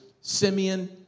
Simeon